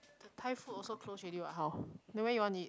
the Thai food also close already what hor then where you want to eat